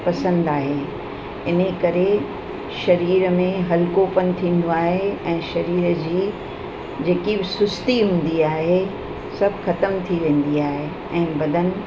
पसंदि आहे इनकरे सरीर में हल्को पन थींदो आहे ऐं सरीर जी जेकी बि सुस्ती हूंदी आहे सभु ख़तमु थी वेंदी आहे ऐं बदन